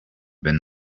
been